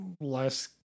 less